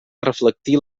reflectir